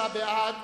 29 בעד,